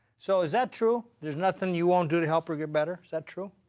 so is that true? there's nothing you won't do to help her get better? is that true?